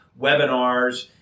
webinars